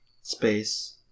space